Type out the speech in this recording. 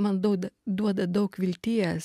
man douda duoda daug vilties